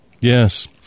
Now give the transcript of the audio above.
Yes